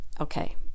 okay